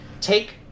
take